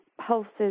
pulses